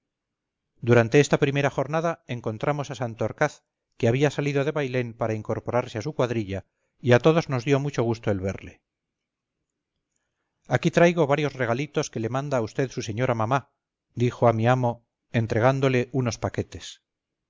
durante esta primera jornada encontramos a santorcaz que había salido de bailén para incorporarse a su cuadrilla y a todos nos dio mucho gusto el verle aquí traigo varios regalitos que le manda a usted su señora mamá dijo a mi amo entregándole unos paquetes